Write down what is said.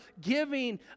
giving